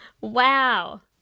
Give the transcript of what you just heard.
Wow